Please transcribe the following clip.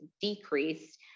decreased